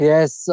Yes